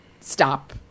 stop